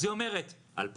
אז היא אומרת, 2,000,